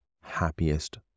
happiest